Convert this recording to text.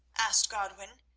asked godwin,